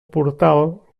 portal